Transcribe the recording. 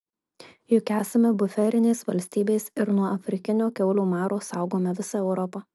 juk esame buferinės valstybės ir nuo afrikinio kiaulių maro saugome visą europą